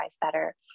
better